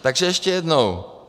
Takže ještě jednou.